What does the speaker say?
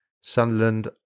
Sunderland